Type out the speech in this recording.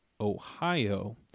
Ohio